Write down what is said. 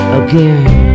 again